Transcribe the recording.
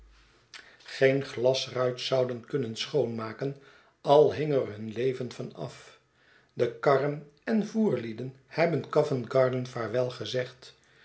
geen glasruit zouden kunnen schoonmaken al hing er hun leven van af de karren en voerlieden hebben covent-garden vaarwelgezegd